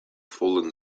fallen